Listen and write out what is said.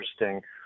interesting